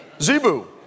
Zebu